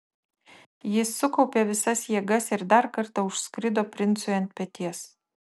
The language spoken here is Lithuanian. jis sukaupė visas jėgas ir dar kartą užskrido princui ant peties